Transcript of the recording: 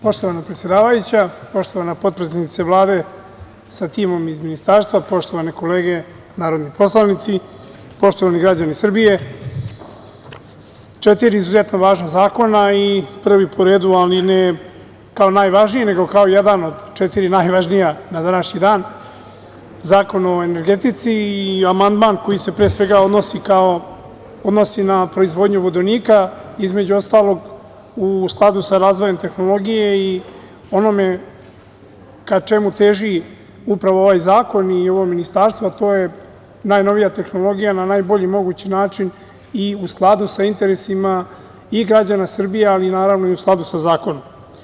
Poštovana predsedavajuća, poštovana potpredsednice Vlade sa timom iz ministarstva, poštovane kolege narodni poslanici, poštovani građani Srbije, četiri izuzetno važna zakona i prvi po redu, ali ne kao najvažniji nego kao jedan od četiri najvažnija na današnji dan, Zakon o energetici i amandman koji se pre svega odnosi na proizvodnju vodonika, između ostalog u skladu sa razvojem tehnologije i onom ka čemu teži upravo ovaj zakon i ovo ministarstvo, a to je najnovija tehnologija na najbolji mogući način i u skladu sa interesima i građana Srbije, ali naravno i u skladu sa zakonom.